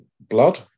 blood